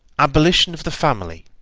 abolition of the family!